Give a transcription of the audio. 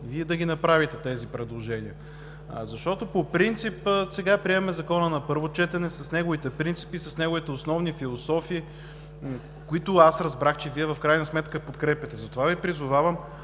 Вие да ги направите тези предложения. Защото по принцип сега приемаме Закона на първо четене с неговите принципи, с неговите основни философии, които, аз разбрах, че Вие в крайна сметка подкрепяте. Затова Ви призовавам,